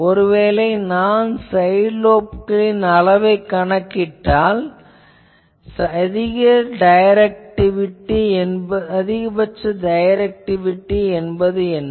ஒருவேளை நான் சைட் லோப்களின் அளவினைக் குறிப்பிட்டால் அதிகபட்ச டைரக்டிவிட்டி என்ன